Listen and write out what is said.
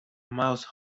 mouse